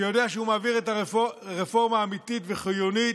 יודע שהוא מעביר רפורמה אמיתית וחיונית,